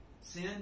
sin